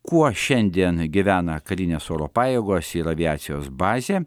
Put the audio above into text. kuo šiandien gyvena karinės oro pajėgos ir aviacijos bazė